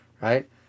right